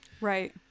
right